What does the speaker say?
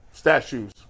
Statues